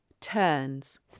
turns